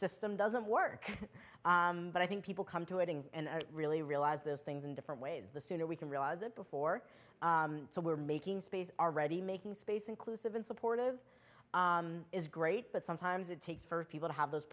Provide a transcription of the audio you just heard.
system doesn't work but i think people come to a thing and it really realize those things in different ways the sooner we can realize it before so we're making space already making space inclusive and supportive is great but sometimes it takes for people to have those